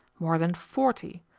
more than forty.